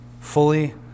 fully